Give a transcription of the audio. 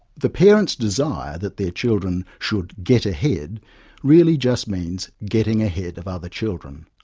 the parents' desire that their children should get ahead really just means getting ahead of other children.